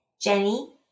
jenny